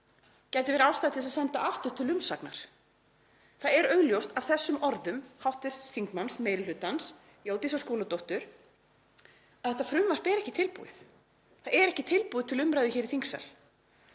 gætu verið ástæða til að senda málið aftur til umsagnar. Það er augljóst af þessum orðum hv. þingmanns meiri hlutans, Jódísar Skúladóttur, að þetta frumvarp er ekki tilbúið. Það er ekki tilbúið til umræðu hér í þingsal.